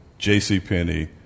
JCPenney